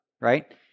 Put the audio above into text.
right